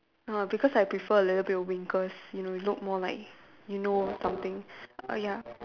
err because I prefer a little bit of wrinkles you know you look more like you know something ah ya